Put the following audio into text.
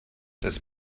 das